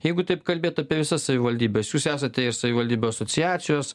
jeigu taip kalbėt apie visas savivaldybes jūs esate ir savivaldybių asociacijos